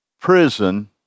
prison